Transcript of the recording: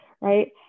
right